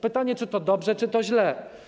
Pytanie, czy to dobrze, czy to źle.